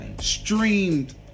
streamed